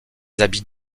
habits